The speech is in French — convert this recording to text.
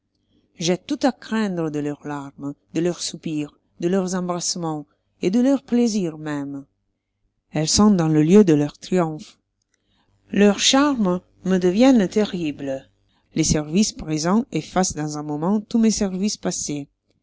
j'ai tout à craindre de leurs larmes de leurs soupirs de leurs embrassements et de leurs plaisirs mêmes elles sont dans le lieu de leurs triomphes leurs charmes me deviennent terribles les services présents effacent dans un moment tous mes services passés